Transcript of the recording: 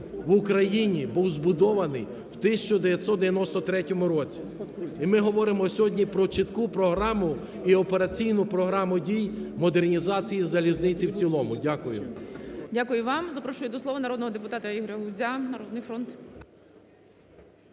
в Україні був збудований в 1993 році і ми говоримо сьогодні про чітку програму і операційну програму дій модернізації залізниці в цілому. Дякую. ГОЛОВУЮЧИЙ. Дякую вам. Запрошую до слова народного депутата Ігоря Гузя, "Народний фронт".